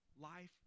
life